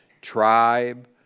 tribe